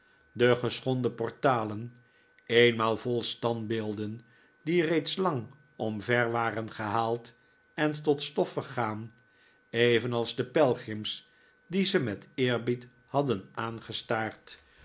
de geschonden portalen eenmaal vol standbeelden die reeds lang omver waren gehaald en tot stof vergaan evenals de pelgrims die ze met eerbied hadden